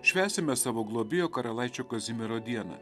švęsime savo globėjo karalaičio kazimiero dieną